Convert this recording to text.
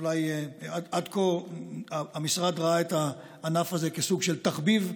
אולי עד כה המשרד ראה את הענף הזה כסוג של תחביב,